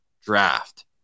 Draft